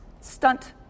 stunt